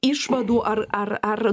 išvadų ar ar ar